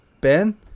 Ben